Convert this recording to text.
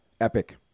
epic